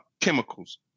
chemicals